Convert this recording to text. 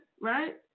Right